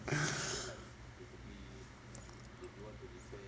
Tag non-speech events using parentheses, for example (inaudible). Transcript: (breath)